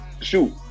shoot